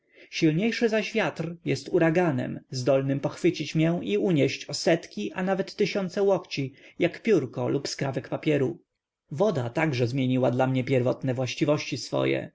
silniejszy zaś wiatr jest uraganem zdolnym pochwycić mię i unieść o setki a nawet tysiące łokci jak piórko lub skrawek papieru woda także zmieniła dla mnie pierwotne własnści swoje